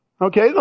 Okay